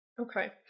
Okay